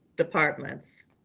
departments